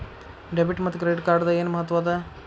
Debit ಮತ್ತ credit ಕಾರ್ಡದ್ ಏನ್ ಮಹತ್ವ ಅದ?